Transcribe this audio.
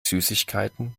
süßigkeiten